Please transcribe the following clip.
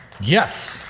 Yes